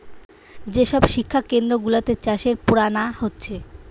যে সব শিক্ষা কেন্দ্র গুলাতে চাষের পোড়ানা হচ্ছে